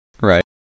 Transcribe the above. right